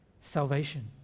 Salvation